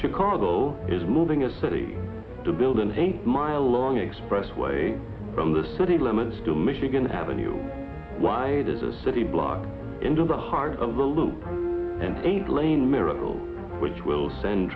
chicago is moving a city to build an eight mile long expressway from the city limits to michigan avenue wide as a city block into the heart of the loop and a lane miracle which will send